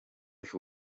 who